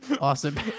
awesome